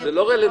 זה לא רלוונטי,